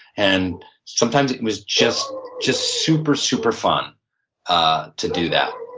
and sometimes it was just just super super fun ah to do that.